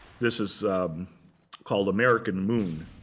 this is called american moon.